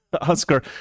Oscar